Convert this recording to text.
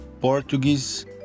Portuguese